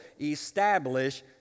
establish